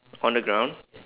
on the ground